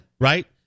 Right